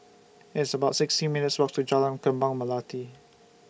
It's about sixty minutes' Walk to Jalan Kembang Melati